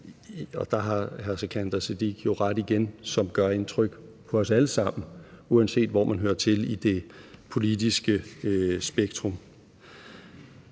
og der har hr. Sikandar Siddique jo ret igen – som gør indtryk på os alle sammen, uanset hvor man hører til i det politiske spektrum.